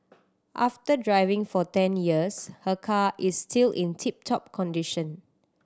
after driving for ten years her car is still in tip top condition